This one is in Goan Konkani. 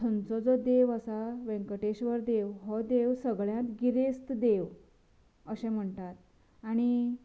थंयचो जो देव आसा वेंकटेश्वर देव हो देव सगळ्यांत गिरेस्त देव अशें म्हणटात आनी